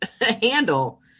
handle